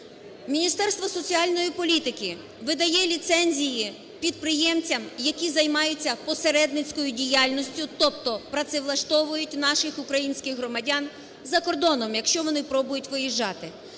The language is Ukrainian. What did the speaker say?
Міністерство соціальної політики видає ліцензії підприємцям, які займаються посередницькою діяльністю, тобто працевлаштовують наших українських громадян за кордоном, якщо вони пробують виїжджати.